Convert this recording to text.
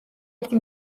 ერთი